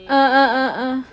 ah ah ah ah